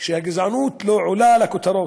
שהגזענות לא עולה לכותרות.